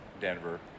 Denver